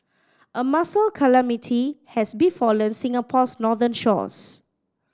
a mussel calamity has befallen Singapore's northern shores